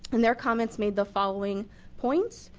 and their comments made the following points,